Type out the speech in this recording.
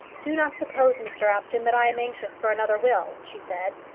do not suppose, mr apjohn, that i am anxious for another will, she said.